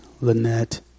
Lynette